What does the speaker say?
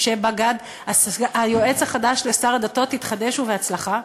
משה בא-גד, היועץ החדש לשר הדתות, תתחדש ובהצלחה,